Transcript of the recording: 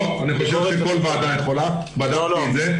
לא, אני חושב שכל ועדה יכולה, בדקתי את זה.